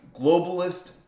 globalist